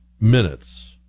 minutes